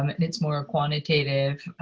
um and it's more a quantitative